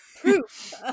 proof